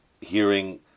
hearing